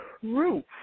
proof